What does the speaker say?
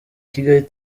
kigali